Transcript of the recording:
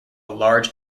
large